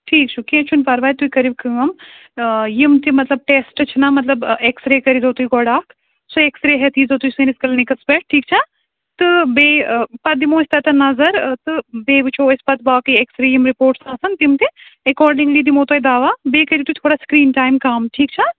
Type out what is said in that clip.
ٹھیٖک چھُ کیٚنٛہہ چھُنہٕ پَرواے تُہۍ کٔرِو کٲم آ یِم تہِ مطلب ٹٮ۪سٹہٕ چھِنا مطلب ایٚکٕسرے کٔرۍزیٚو تُہۍ گۄڈٕ اکھ سُہ ایٚکسرے ہٮ۪تھ ییٖزیو تُہۍ سٲنِس کٕلنِکَس پٮ۪ٹھ ٹھیٖک چھا تہٕ بیٚیہِ پَتہٕ دِمہو أسۍ تَتٮ۪ن نظر تہٕ بیٚیہِ وُچھو أسۍ پَتہٕ باقٕے ایٚکسرے یِم رِپورٹٕس آسان تِم تہِ ایکاڈِنٛگلی دِمہو تۄہہِ دوا بیٚیہِ کٔرِو تُہۍ تھوڑا سِکریٖن ٹایِم کَم ٹھیٖک چھا